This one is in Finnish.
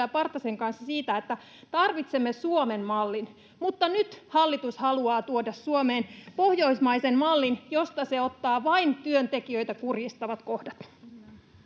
Partasen kanssa siitä, että tarvitsemme Suomen-mallin, mutta nyt hallitus haluaa tuoda Suomeen pohjoismaisen mallin, josta se ottaa vain työntekijöitä kurjistavat kohdat.